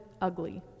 ugly